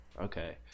Okay